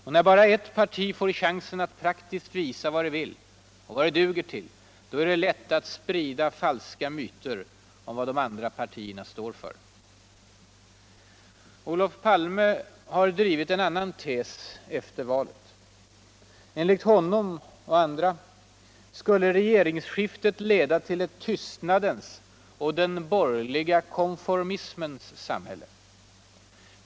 Och när bara eff parti får chansen att praktuski visa vad det vill och vad det duger ull är det lätt att sprida falska myter om vad de andra partierna står för. Olof Palme har drivit en annan tes efter valet. Enligt honom och andra skulle regeringsskiftet leda till ett tystnadens och den borgerliga konformismens samhälle.